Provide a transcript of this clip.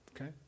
Okay